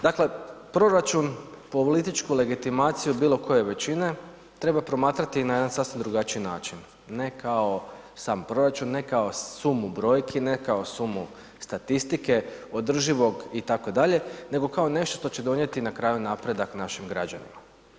Dakle proračun, političku legitimaciju bilo koje većine treba promatrati na jedan sasvim drugačiji način, ne kao sam proračun, ne kao sumu brojki, ne kao sumu statistike, održivog itd., nego kao nešto što će donijeti na kraju napredak našim građanima.